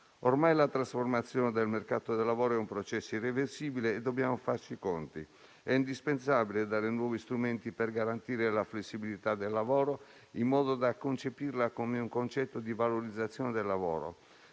Ormai la trasformazione del mercato del lavoro è un processo irreversibile e dobbiamo farci i conti. È indispensabile dare nuovi strumenti per garantire la flessibilità del lavoro, in modo da concepirla come un concetto di valorizzazione del lavoro,